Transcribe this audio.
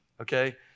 okay